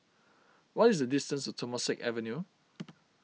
what is the distance to Temasek Avenue